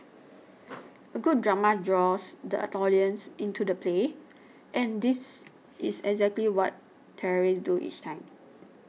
a good drama draws the audience into the play and that is exactly what terrorists do each time